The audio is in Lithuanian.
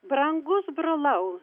brangus brolau